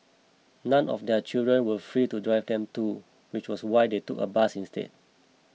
none of their children were free to drive them to which was why they took a bus instead